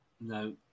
No